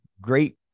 great